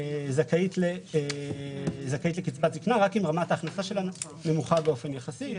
זכאית לקצבת זקנה רק אם רמת ההכנסה שלה נמוכה באופן יחסי.